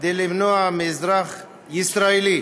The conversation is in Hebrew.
כדי למנוע מאזרח ישראלי